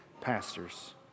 pastors